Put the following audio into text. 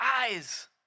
eyes